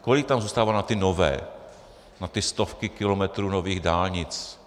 Kolik tam zůstává na ty nové, na ty stovky kilometrů nových dálnic?